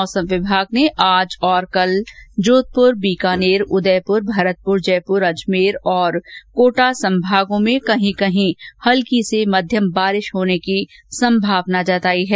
मौसम विमाग ने आज और कल जोधपुर बीकानेर उदयपुर भरतपुर जयपुर अजमेर और कोटा संमागों में कहीं कहीं हल्की से मध्यम बारिश होने की संमावना व्यक्त की है